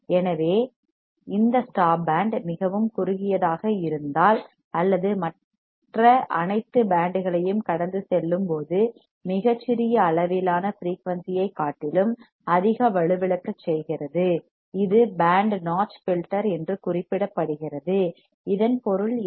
எனவே இந்த stop band மிகவும் குறுகியதாக இருந்தால் அல்லது மற்ற அனைத்து பேண்ட்களையும் கடந்து செல்லும் போது மிகச் சிறிய அளவிலான ஃபிரீயூன்சி ஐக் காட்டிலும் அதிக வலுவிழக்கச் செய்கிறது இது பேண்ட் நாட்ச் ஃபில்டர் என்று குறிப்பிடப்படுகிறது இதன் பொருள் என்ன